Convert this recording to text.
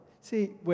See